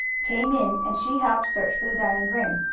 came in and she helped search for the diamond ring,